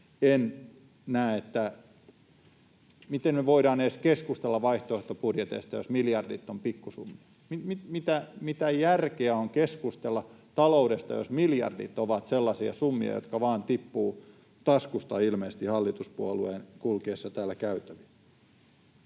En näe, miten voidaan edes keskustella vaihtoehtobudjeteista, jos miljardit ovat pikkusumma. Mitä järkeä on keskustella taloudesta, jos miljardit ovat sellaisia summia, jotka vain ilmeisesti tippuvat taskusta hallituspuolueiden kulkiessa täällä käytävillä?